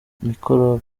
mikorobe